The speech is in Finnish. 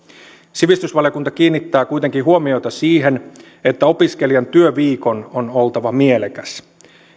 sivistysvaliokunta kiinnittää kuitenkin huomiota siihen että opiskelijan työviikon on oltava mielekäs